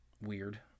weird